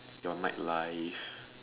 your night life